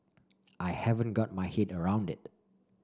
I haven't got my head around it